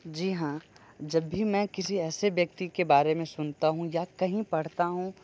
जी हाँ जब भी मैं किसी ऐसे व्यक्ति के बारे में सुनता हूँ या कहीं पढ़ता हूँ